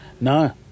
No